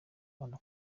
abana